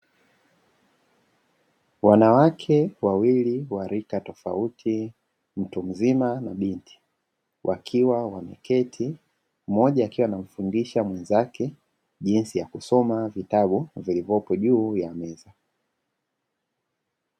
Wanawake wawili wa rika tofauti mtu mzima na binti wakiwa wameketi, mmoja akiwa anamfundisha mwenzake jinsi ya kusoma vitabu vilivyopo juu ya meza.